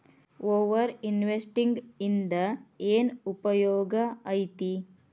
over investing ಇಂದ ಏನ್ ಉಪಯೋಗ ಐತಿ